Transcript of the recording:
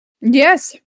Yes